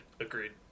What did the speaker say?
agreed